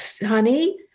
honey